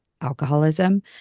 alcoholism